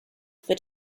for